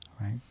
right